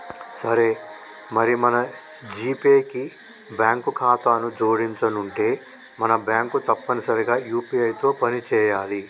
సరే మరి మన జీపే కి బ్యాంకు ఖాతాను జోడించనుంటే మన బ్యాంకు తప్పనిసరిగా యూ.పీ.ఐ తో పని చేయాలి